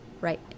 right